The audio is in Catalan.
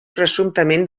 presumptament